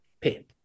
pay